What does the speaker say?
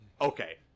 Okay